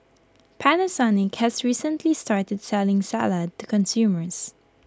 Panasonic has recently started selling salad to consumers